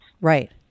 right